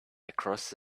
across